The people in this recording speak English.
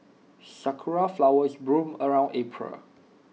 Sakura Flowers bloom around April